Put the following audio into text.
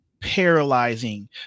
paralyzing